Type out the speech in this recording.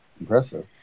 Impressive